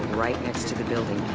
right next to the building.